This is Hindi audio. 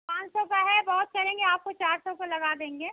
पाँच सौ का है बहुत करेंगे आपको चार सौ का लगा देंगे